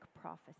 prophecy